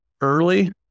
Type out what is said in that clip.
early